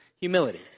Humility